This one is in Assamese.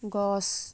গছ